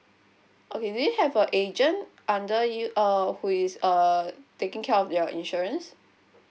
okay do you have an agent under you uh who is uh taking care of your insurance